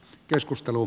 keskustelu